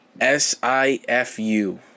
S-I-F-U